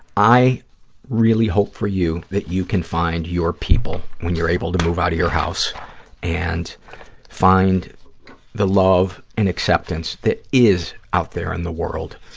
i really hope for you that you can find your people, when you're able to move out of your house and find the love and acceptance that is out there in the world,